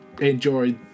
enjoy